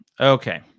Okay